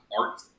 art